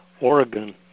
Oregon